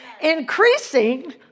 Increasing